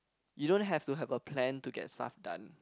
you don't have to have a plan to get stuff done